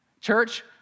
Church